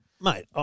Mate